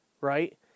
Right